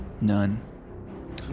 None